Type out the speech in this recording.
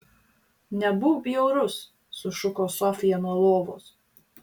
nebūk bjaurus sušuko sofija nuo lovos